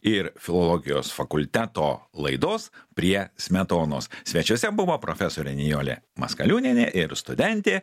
ir filologijos fakulteto laidos prie smetonos svečiuose buvo profesorė nijolė maskaliūnienė ir studentė